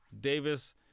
Davis